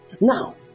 Now